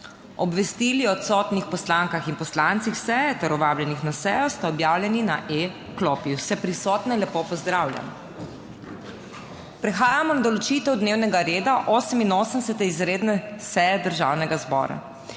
Obvestili odsotnih poslankah in poslancih seje ter o vabljenih na sejo sta objavljeni na e-klopi. Vse prisotne lepo pozdravljam. Prehajamo na **določitev dnevnega reda** 88. izredne seje Državnega zbora.